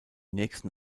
nächsten